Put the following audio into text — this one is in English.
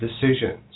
decisions